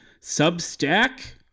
Substack